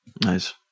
Nice